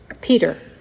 Peter